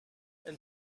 and